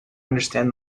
understand